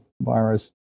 virus